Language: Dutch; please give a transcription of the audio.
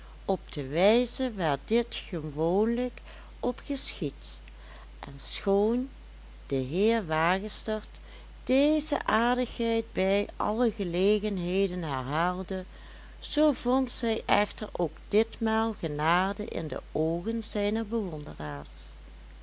op de wijze waar dit gewoonlijk op geschiedt en schoon de heer wagestert deze aardigheid bij alle gelegenheden herhaalde zoo vond zij echter ook ditmaal genade in de oogen zijner bewonderaars